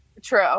true